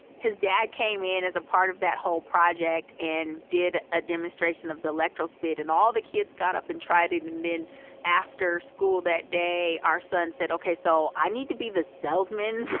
his dad came in as a part of that whole project and did a demonstration of the electrospit. and all the kids got up and tried it. and and then after school that day, our son said, okay, so i need to be the salesman.